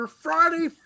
Friday